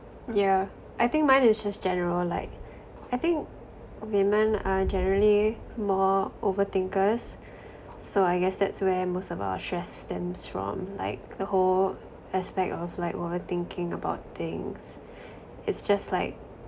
yeah I think mine is just general like I think women are generally more overthinkers so I guess that's where most of our stress stems from like the whole aspect of like overthinking about things it's just like